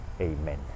Amen